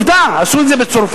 עובדה: עשו את זה בצרפת,